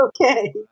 Okay